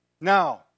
Now